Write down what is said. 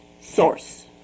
source